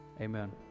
amen